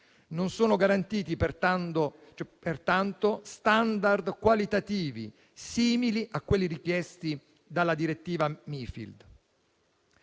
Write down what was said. non sono garantiti pertanto *standard* qualitativi simili a quelli richiesti dalla direttiva Mifid,